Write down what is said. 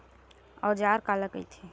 औजार काला कइथे?